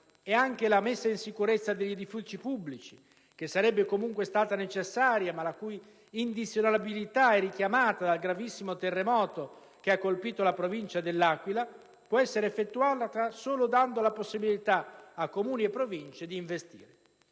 Anche la messa in sicurezza degli edifici pubblici, che sarebbe comunque stata necessaria ma la cui indilazionabilità è richiamata dal gravissimo terremoto che ha colpito la provincia dell'Aquila, può essere effettuata solo dando la possibilità a Comuni e Province di investire.